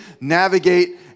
navigate